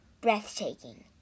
Breathtaking